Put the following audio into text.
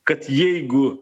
kad jeigu